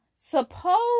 suppose